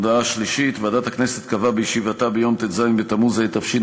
הודעה שלישית: ועדת הכנסת קבעה בישיבתה ביום ט"ז בתמוז התשע"ד,